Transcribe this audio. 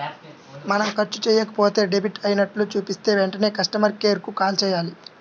మనం ఖర్చు చెయ్యకపోయినా డెబిట్ అయినట్లు చూపిస్తే వెంటనే కస్టమర్ కేర్ కు కాల్ చేయాలి